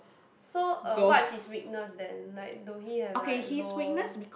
so uh what's his weakness then like do he have like low